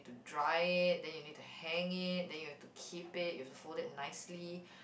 dry it then you need to hang it then you have to keep it you have to fold it nicely